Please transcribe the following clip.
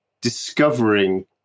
discovering